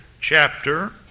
chapter